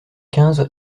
quinze